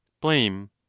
blame